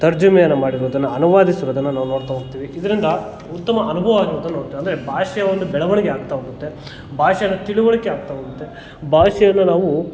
ತರ್ಜುಮೆಯನ್ನು ಮಾಡಿರೋದನ್ನು ಅನುವಾದಿಸಿರೋದನ್ನು ನಾವು ನೋಡ್ತಾ ಹೋಗ್ತೀವಿ ಇದರಿಂದ ಉತ್ತಮ ಅನುಭವವಾಗಿರೋದನ್ನು ನೋಡ್ತೀವಿ ಅಂದರೆ ಭಾಷೆ ಒಂದು ಬೆಳವಣಿಗೆ ಆಗ್ತಾ ಹೋಗುತ್ತೆ ಭಾಷೆನ ತಿಳುವಳಿಕೆ ಆಗ್ತಾ ಹೋಗುತ್ತೆ ಭಾಷೆಯನ್ನು ನಾವು